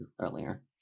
earlier